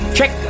Check